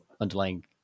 underlying